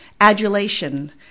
adulation